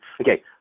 okay